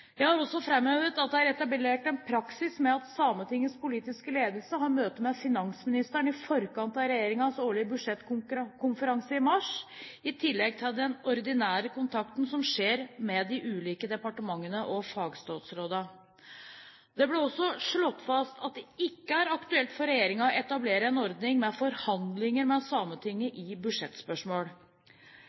Jeg har også framhevet at det er etablert en praksis med at Sametingets politiske ledelse har møter med finansministeren i forkant av regjeringens årlige budsjettkonferanser i mars, i tillegg til den ordinære kontakten som skjer med de ulike departementene og fagstatsrådene. Det ble også slått fast at det ikke er aktuelt for regjeringen å etablere en ordning med forhandlinger med Sametinget i budsjettspørsmål.